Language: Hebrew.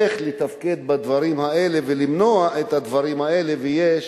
איך לתפקד בדברים האלה ולמנוע את הדברים האלה, ויש